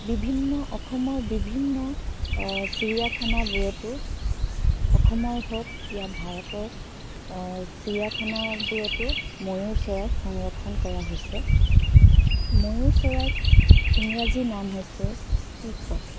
বিভিন্ন অসমৰ বিভিন্ন চিৰিয়াখানাবোৰতো অসমৰ হওক য়া ভাৰতৰ চিৰিয়াখানাবোৰতো ময়ুৰ চৰাই সংৰক্ষণ কৰা হৈছে ময়ুৰ চৰাইৰ ইংৰাজী নাম হৈছে পিকক